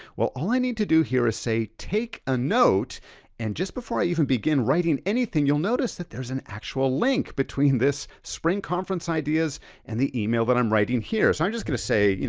well, all i need to do here is say, take a note and just before i even begin writing anything, you'll notice that there's an actual link between this spring conference ideas and the email that i'm writing here. so i'm just gonna say,